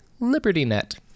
LibertyNet